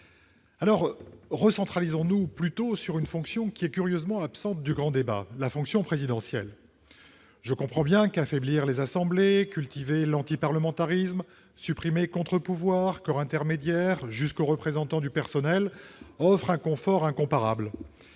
! Recentrons-nous plutôt sur une fonction curieusement absente du grand débat : la fonction présidentielle. Je comprends bien qu'affaiblir les assemblées, cultiver l'antiparlementarisme, supprimer les contre-pouvoirs, des corps intermédiaires jusqu'aux représentants du personnel, offre un confort incomparable.